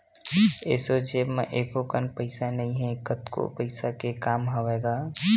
एसो जेब म एको कन पइसा नइ हे, कतको पइसा के काम हवय गा